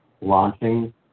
launching